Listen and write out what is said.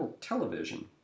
television